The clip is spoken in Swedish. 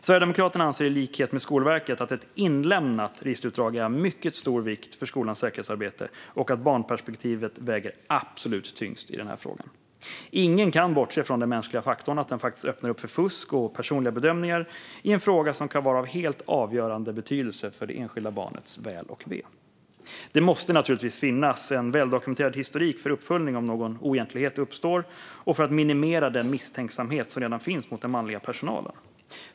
Sverigedemokraterna anser i likhet med Skolverket att ett inlämnat registerutdrag är av mycket stor vikt för skolans säkerhetsarbete och att barnperspektivet väger absolut tyngst i den här frågan. Ingen kan bortse från den mänskliga faktorn och att den öppnar upp för fusk och personliga bedömningar i en fråga som kan få helt avgörande betydelse för det enskilda barnets väl och ve. Det måste naturligtvis finnas en väldokumenterad historik för uppföljning om någon oegentlighet uppstår och för att minimera den misstänksamhet som redan finns mot den manliga personalen.